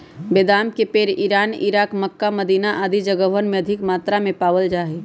बेदाम के पेड़ इरान, इराक, मक्का, मदीना आदि जगहवन में अधिक मात्रा में पावल जा हई